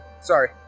sorry